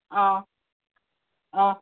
অঁ অঁ